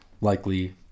Likely